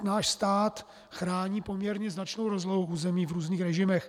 Náš stát chrání poměrně značnou rozlohu území v různých režimech.